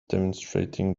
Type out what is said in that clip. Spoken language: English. demonstrating